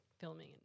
filming